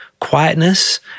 quietness